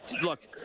look